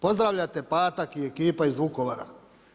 Pozdravlja te Patak i ekipa iz Vukovara.